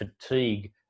fatigue